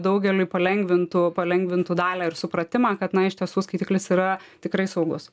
daugeliui palengvintų palengvintų dalią ir supratimą kad na iš tiesų skaitiklis yra tikrai saugus